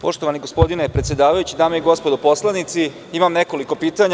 Poštovani gospodine predsedavajući, dame i gospodo poslanici, imam nekoliko pitanja.